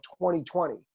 2020